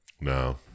No